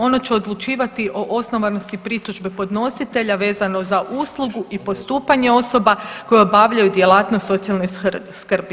Ono će odlučivati o osnovanosti pritužbe podnositelja vezano za uslugu i postupanje osoba koje obavljaju djelatnost socijalne skrbi.